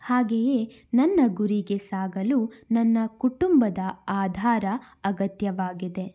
ಹಾಗೆಯೇ ನನ್ನ ಗುರಿಗೆ ಸಾಗಲು ನನ್ನ ಕುಟುಂಬದ ಆಧಾರ ಅಗತ್ಯವಾಗಿದೆ